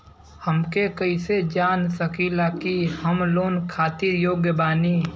हम कईसे जान सकिला कि हम लोन खातिर योग्य बानी?